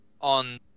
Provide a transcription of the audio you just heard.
on